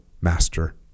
master